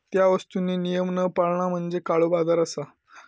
त्या वस्तुंनी नियम न पाळणा म्हणजे काळोबाजार असा